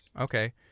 Okay